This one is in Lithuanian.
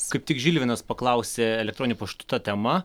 kaip tik žilvinas paklausė elektroniniu paštu ta tema